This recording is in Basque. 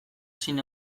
zein